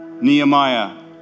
Nehemiah